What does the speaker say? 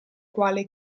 quale